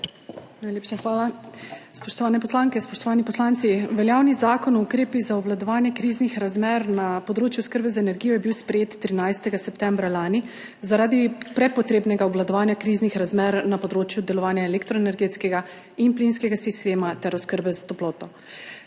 Najlepša hvala. Spoštovane poslanke, spoštovani poslanci! Veljavni Zakon o ukrepih za obvladovanje kriznih razmer na področju oskrbe z energijo je bil sprejet 13. septembra lani zaradi prepotrebnega obvladovanja kriznih razmer na področju delovanja elektroenergetskega in plinskega sistema ter oskrbe s toploto.